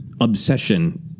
obsession